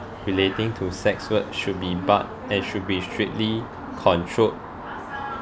relating to sex work should be but and should be strictly controlled